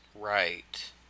Right